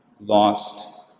lost